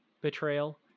betrayal